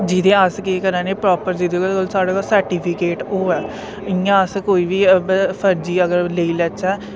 जिदे अस केह् करा ने प्रापर जेह्दे सर्टिफिकेट होवे इयां अस कोई बी ऐ फर्जी अगर लेई लैचे ते